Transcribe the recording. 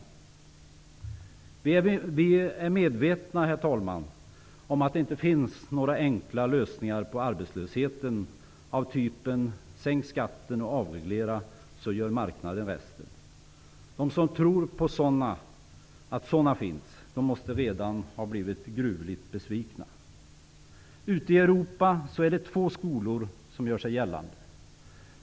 Vi är medvetna om att det inte finns några enkla lösningar på arbetslösheten av typen ''sänk skatten och avreglera, så gör marknaden resten''. De som tror att sådana finns måste redan ha blivit gruvligt besvikna. Ute i Europa är det två skolor som gör sig gällande.